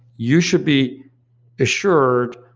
you should be assured,